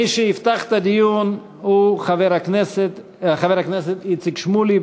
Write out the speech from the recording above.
מי שיפתח את הדיון הוא חבר הכנסת איציק שמולי.